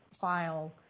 file